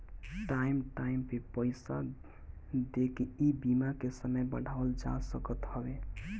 time time पे पईसा देके इ बीमा के समय बढ़ावल जा सकत हवे